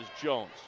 Jones